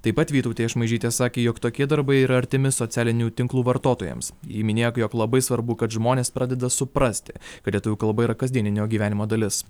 taip pat vytautė šmaižytė sakė jog tokie darbai yra artimi socialinių tinklų vartotojams ji minėjo jog labai svarbu kad žmonės pradeda suprasti kad lietuvių kalba yra kasdieninio gyvenimo dalis